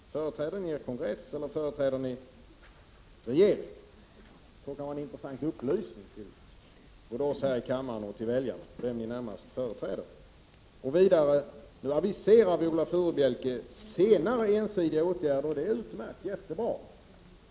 Företräder ni er kongress, eller företräder ni regeringen? Det kan vara en intressant upplysning, både till oss här i kammaren och till väljarna, vem ni närmast företräder. Vidare aviserar Viola Furubjelke senare ensidiga åtgärder. Det är utmärkt, jättebra.